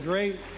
great